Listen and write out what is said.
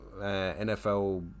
NFL